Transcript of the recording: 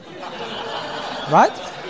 Right